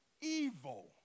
evil